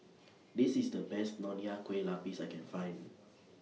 This IS The Best Nonya Kueh Lapis I Can Find